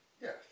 Yes